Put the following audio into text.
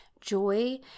joy